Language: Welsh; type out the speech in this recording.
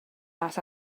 maes